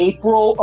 April